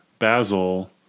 Basil